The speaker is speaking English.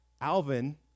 Alvin